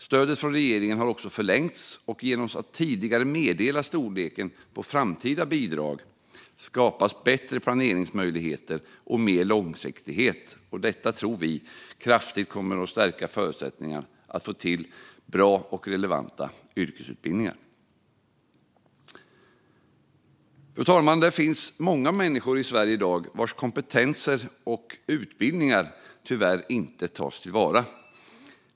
Stödet från regeringen har också förlängts, och genom att tidigare meddela storleken på framtida bidrag skapas bättre planeringsmöjligheter och mer långsiktighet. Detta, tror vi, kommer att kraftigt stärka förutsättningarna för bra och relevanta yrkesutbildningar. Fru talman! Det finns många människor i Sverige i dag vars kompetenser och utbildningar inte tas till vara.